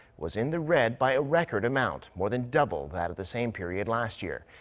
was in the red by a record amount more than double that of the same period last year.